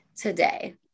today